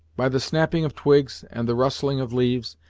by the snapping of twigs, and the rustling of leaves,